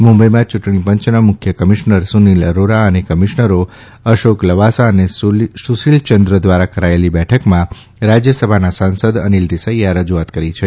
મુંબઇમાં યૂંટણીપંચના મુખ્ય કમિશ્નર સુનિલ અરારા અને કમિશ્નર અશાક લવાસા અને સુશીલયંદ્ર દ્વારા કરાયેલી બેઠકમકાં રાજયસભાના સાંસદ અનીલ દેસાઇએ આ રજૂઆત કરી છે